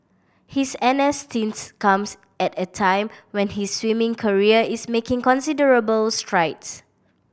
his N S stints comes at a time when his swimming career is making considerable strides